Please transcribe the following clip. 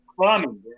climbing